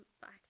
Back